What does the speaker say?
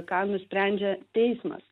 ką nusprendžia teismas